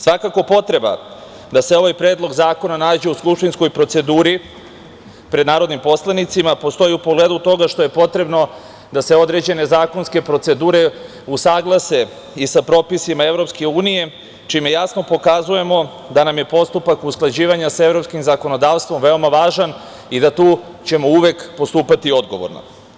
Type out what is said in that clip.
Svakako, potreba da se ovaj Predlog zakona nađe u skupštinskoj proceduri pred narodnim poslanicima postoji u pogledu toga što je potrebno da se određene zakonske procedure usaglase i sa propisima EU, čime jasno pokazujemo da nam je postupak usklađivanja sa evropskim zakonodavstvom veoma važan i da ćemo tu uvek postupati odgovorno.